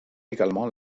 également